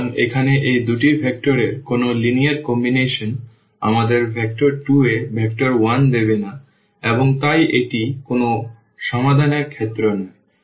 সুতরাং এখানে এই দুটি ভেক্টর এর কোনও লিনিয়ার সংমিশ্রণ আমাদের ভেক্টর 2 এ ভেক্টর 1 দেবে না এবং তাই এটি কোনও সমাধানের ক্ষেত্রে নয়